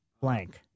blank